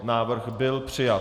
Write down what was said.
Návrh byl přijat.